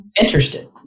Interested